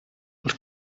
els